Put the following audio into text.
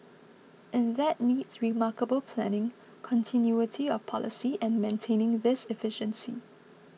and that needs remarkable planning continuity of policy and maintaining this efficiency